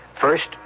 First